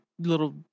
little